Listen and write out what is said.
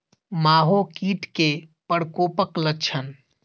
माहो कीट केँ प्रकोपक लक्षण?